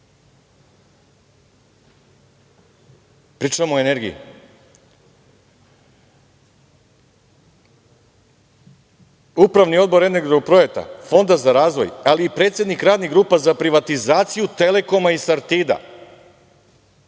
Pričamo o energiji, Upravni odbor Energoprojekta, Fonda za razvoj, ali i predsednik radnih grupa za pritvatizaciju Telekoma i Sartida,